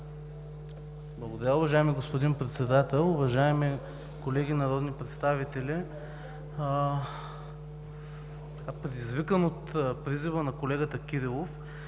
Благодаря, уважаеми господин Председател. Уважаеми колеги народни представители, предизвикан от призива на колегата Кирилов,